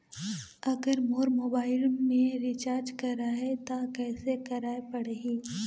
अगर मोर मोबाइल मे रिचार्ज कराए त कैसे कराए पड़ही?